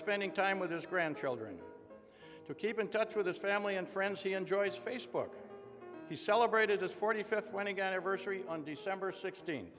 spending time with his grandchildren to keep in touch with his family and friends he enjoys facebook he celebrated his forty fifth wedding anniversary on december sixteenth